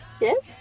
Yes